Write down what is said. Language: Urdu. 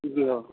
جی ہاں